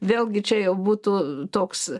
vėlgi čia jau būtų toks